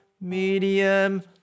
medium